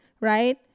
right